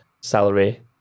salary